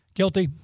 Guilty